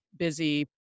busy